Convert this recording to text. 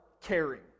caring